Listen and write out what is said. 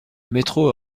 métro